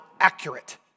accurate